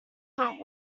but